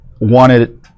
wanted